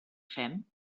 fem